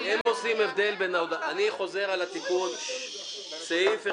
--- אני חוזר על התיקון: סעיף 1(א):